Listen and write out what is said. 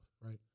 Right